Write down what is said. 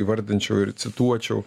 įvardinčiau ir cituočiau